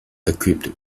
equipped